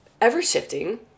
ever-shifting